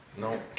No